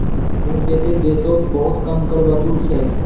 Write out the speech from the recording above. बहुतेते देशोत बहुत कम कर वसूल छेक